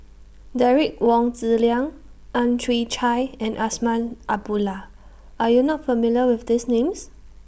Derek Wong Zi Liang Ang Chwee Chai and Azman Abdullah Are YOU not familiar with These Names